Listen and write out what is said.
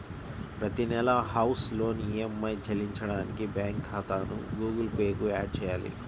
ప్రతి నెలా house loan EMI చెల్లించడానికి బ్యాంకు ఖాతాను గుగుల్ పే కు యాడ్ చేయాలి